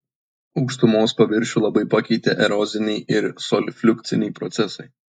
aukštumos paviršių labai pakeitė eroziniai ir solifliukciniai procesai